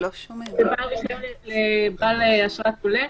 בא לאשרת עולה.